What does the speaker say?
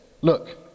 Look